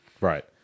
right